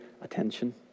attention